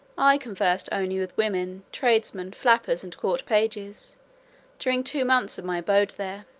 i conversed only with women, tradesmen, flappers, and court-pages, during two months of my abode there